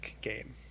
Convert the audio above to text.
game